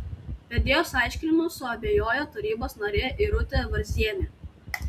vedėjos aiškinimu suabejojo tarybos narė irutė varzienė